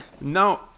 No